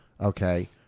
Okay